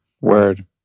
Word